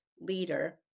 leader